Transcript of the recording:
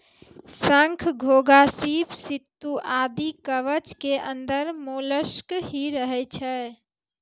शंख, घोंघा, सीप, सित्तू आदि कवच के अंदर मोलस्क ही रहै छै